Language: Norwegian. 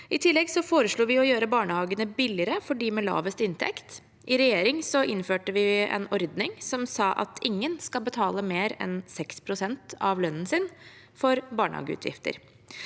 I tillegg foreslår vi å gjøre barnehagene billigere for dem med lavest inntekt. I regjering innførte vi en ordning som sa at ingen skal betale mer enn 6 pst. av lønnen sin for barnehageutgifter,